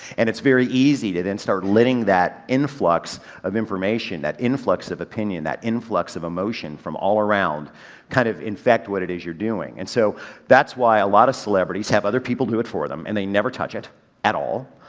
and it's very easy to then start letting that influx of information, that influx of opinion, that influx of emotion from all around kind of infect what it is you're doing. and so that's why a lot of celebrities have other people do it for them and they never touch it at all.